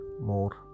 more